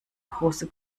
große